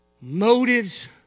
motives